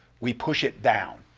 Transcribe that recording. we push it down.